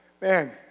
man